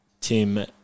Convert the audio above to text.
Tim